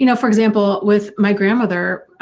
you know for example, with my grandmother,